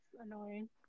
annoying